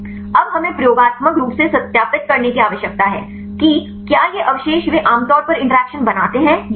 अब हमें प्रयोगात्मक रूप से सत्यापित करने की आवश्यकता है कि क्या ये अवशेष वे आमतौर पर इंटरैक्शन बनाते हैं या नहीं